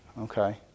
Okay